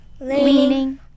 leaning